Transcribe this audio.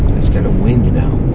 it's kind of windy now.